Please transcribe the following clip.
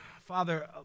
Father